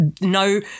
no